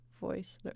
voice